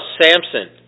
Samson